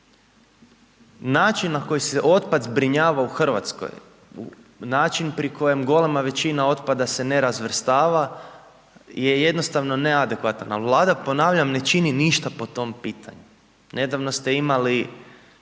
način na koji se otpad zbrinjava u Hrvatskoj, način pri kojem golema većina otpada se ne razvrstava je jednostavno neadekvatan ali Vlada ponavljam ne čini ništa po tom pitanju. Nedavno ste imali